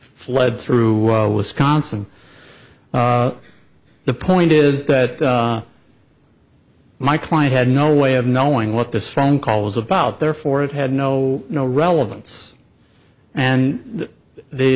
fled through wisconsin the point is that my client had no way of knowing what this phone call was about therefore it had no no relevance and th